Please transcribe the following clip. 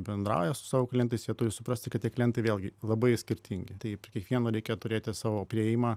bendrauja su savo klientais jie turi suprasti kad tie klientai vėlgi labai skirtingi taip kiekvieno reikia turėti savo priėjimą